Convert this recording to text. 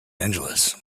angeles